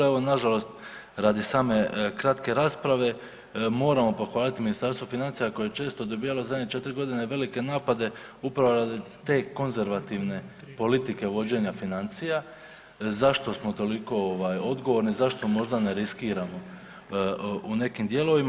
Evo nažalost radi same kratke rasprave moramo pohvaliti Ministarstvo financija koje je često dobivalo u zadnje četiri godine velike napade upravo radi te konzervativne politike vođenja financija, zašto smo toliko odgovorni, zašto možda ne riskiramo u nekim dijelovima.